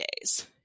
days